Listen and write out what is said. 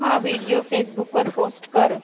हा व्हिडिओ फेसबुकवर पोस्ट कर